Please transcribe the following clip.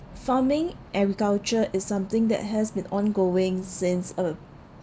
farming agriculture is something that has been ongoing since uh